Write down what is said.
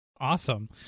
Awesome